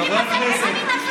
חברי הכנסת.